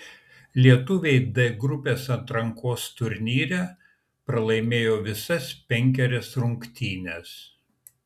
lietuviai d grupės atrankos turnyre pralaimėjo visas penkerias rungtynes